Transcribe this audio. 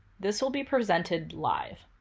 this will be presented live.